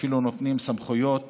אפילו נותנים סמכויות